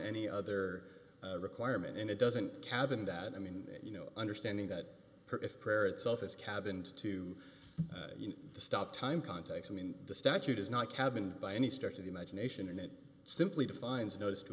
any other requirement and it doesn't cabin that i mean you know understanding that prayer itself is cabined to the stop time context i mean the statute is not cabin by any stretch of the imagination and it simply defines notice to